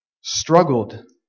struggled